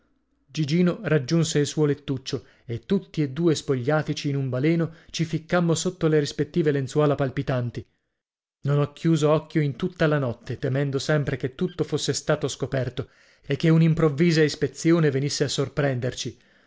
gigino raggiunse il suo lettuccio e tutti e due spogliatici in un baleno ci ficcammo sotto le rispettive lenzuola palpitanti non ho chiuso occhio in tutta la notte temendo sempre che tutto fosse stato scoperto e che un'improvvisa ispezione venisse a sorprenderci